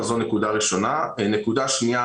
נקודה שנייה,